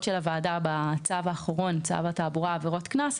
של הוועדה בצו התעבורה עבירות קנס,